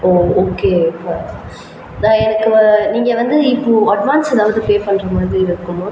okay நான் எனக்கு நீங்கள் வந்து இப்போது அட்வான்ஸ் ஏதாவது பே பண்ணுற மாதிரி இருக்குமா